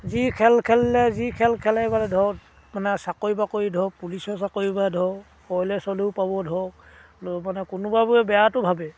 যি খেল খেলিলে যি খেল খেলে মানে ধৰক মানে চাকৰি বাকৰি ধৰক পুলিচৰ চাকৰি বা ধৰক অইলে চইলেও পাব ধৰক মানে কোনোবাবোৰে বেয়াটো ভাবে